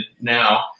now